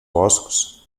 boscs